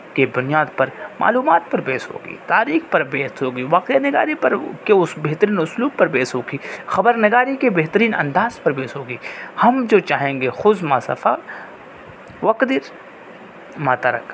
کے بنیاد پر معلومات پر بیس ہوگی تاریخ پر بیس ہوگی واقعہ نگاری پر کے اس بہترین اسلوب پر بیس ہوگی خبر نگاری کے بہترین انداز پر بیس ہوگی ہم جو چاہیں گے خذ ما صفا والقدر ما ترک